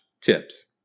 tips